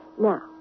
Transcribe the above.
Now